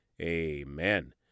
amen